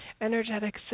energetic